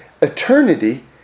eternity